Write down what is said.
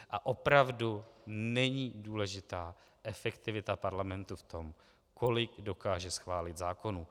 A opravdu není důležitá efektivita parlamentu v tom, kolik dokáže schválit zákonů.